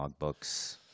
logbooks